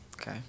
okay